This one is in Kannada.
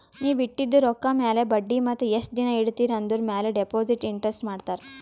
ನೀವ್ ಇಟ್ಟಿದು ರೊಕ್ಕಾ ಮ್ಯಾಲ ಬಡ್ಡಿ ಮತ್ತ ಎಸ್ಟ್ ದಿನಾ ಇಡ್ತಿರಿ ಆಂದುರ್ ಮ್ಯಾಲ ಡೆಪೋಸಿಟ್ ಇಂಟ್ರೆಸ್ಟ್ ಮಾಡ್ತಾರ